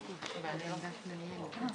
כאן והכול.